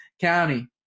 County